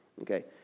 Okay